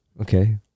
Okay